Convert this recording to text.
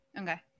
okay